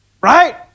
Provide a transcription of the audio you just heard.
right